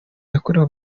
yakorewe